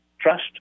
trust